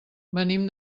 venim